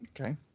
Okay